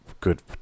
good